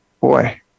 boy